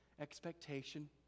expectation